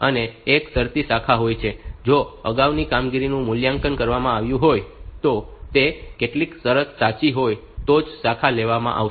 અને એક શરતી શાખા હોય છે જો અગાઉની કામગીરીનું મૂલ્યાંકન કરવામાં આવ્યું હોય તો તે કેટલીક શરત સાચી હોય તો જ શાખા લેવામાં આવશે